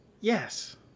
Yes